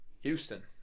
Houston